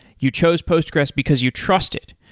you chose postgressql because you trust it.